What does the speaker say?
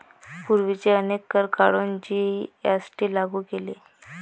पूर्वीचे अनेक कर काढून जी.एस.टी लागू केले